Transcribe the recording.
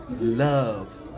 love